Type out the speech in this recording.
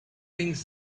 things